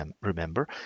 remember